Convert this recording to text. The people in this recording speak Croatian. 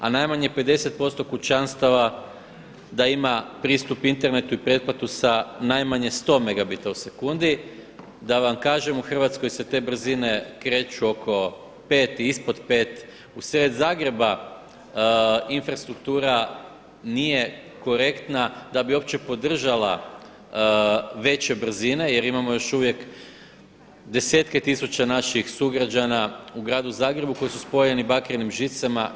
A najmanje 50% kućanstava da ima pristup internetu i pretplatu sa najmanje 100 megabita u sekundi da vam kažem u Hrvatskoj se te brzine kreću oko 5 i ispod 5. Usred Zagreba infrastruktura nije korektna da bi uopće podržala veće brzine jer imamo još uvijek desetke tisuća naših sugrađana u gradu Zagrebu koji su spojeni bakrenim žicama.